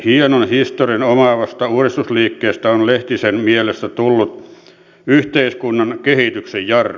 hienon historian omaavasta uudistusliikkeestä on lehtisen mielestä tullut yhteiskunnan kehityksen jarru